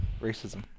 Racism